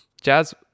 Jazz